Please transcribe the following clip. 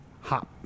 hop